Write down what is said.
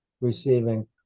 receiving